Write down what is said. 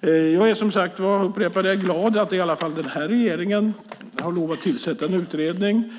detta. Jag upprepar att jag är glad över att i alla fall den här regeringen har lovat att tillsätta en utredning.